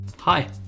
Hi